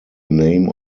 name